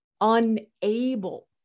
unable